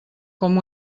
com